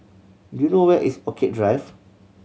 do you know where is Orchid Drive